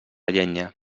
llenya